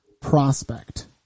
prospect